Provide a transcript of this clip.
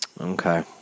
Okay